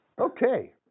Okay